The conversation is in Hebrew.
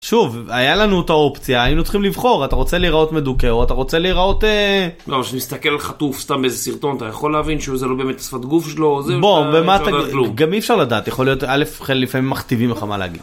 שוב היה לנו את האופציה היינו צריכים לבחור אתה רוצה להיראות מדוכא או אתה רוצה להיראות. לא נסתכל על חטוף סתם איזה סרטון אתה יכול להבין שזה לא באמת שפת גוף שלו. גם אי אפשר לדעת יכול להיות אלף לפעמים מכתיבים לך מה להגיד.